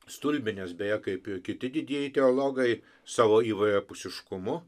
stulbinęs beje kaip ir kiti didieji teologai savo įvairiapusiškumu